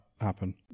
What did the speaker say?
happen